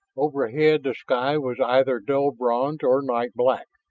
overhead the sky was either dull bronze or night black.